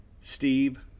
Steve